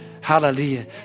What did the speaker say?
Hallelujah